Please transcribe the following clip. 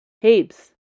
Heaps